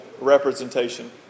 representation